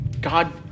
God